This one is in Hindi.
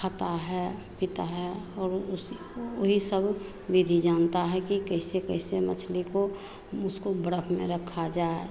खाता है पीता है और उसी वही सब विधि जानता है कि कैसे कैसे मछली को उसको बर्फ़ में रखा जाए